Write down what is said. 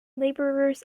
laborers